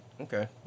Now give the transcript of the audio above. Okay